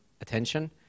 attention